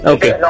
Okay